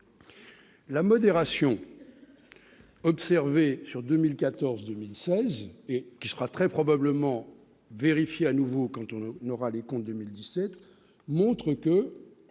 La modération observée sur 2014, 2016 et qui sera très probablement vérifier à nouveau canton n'aura des comptes 2017 montre que